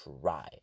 try